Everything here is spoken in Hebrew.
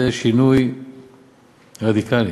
זה שינוי רדיקלי,